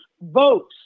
votes